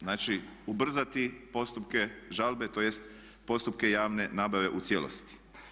Znači, ubrzati postupke žalbe, tj. postupke javne nabave u cijelosti.